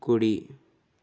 కుడి